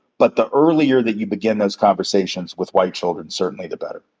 but the earlier that you begin those conversations with white children, certainly the better.